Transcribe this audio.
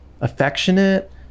affectionate